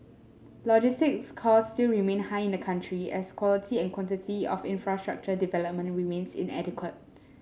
logistics cost still remain high in the country as quality and quantity of infrastructure development remains inadequate